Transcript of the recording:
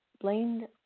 blamed